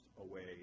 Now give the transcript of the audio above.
away